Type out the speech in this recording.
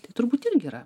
tai turbūt irgi yra